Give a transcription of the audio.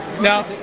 Now